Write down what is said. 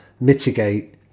mitigate